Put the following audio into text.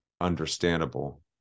understandable